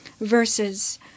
versus